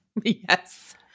yes